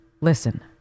listen